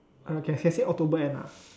uh can can say October end ah